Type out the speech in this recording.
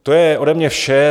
To je ode mě vše.